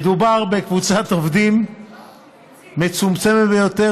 מדובר בקבוצת עובדים מצומצמת ביותר